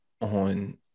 on